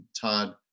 Todd